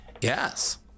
Yes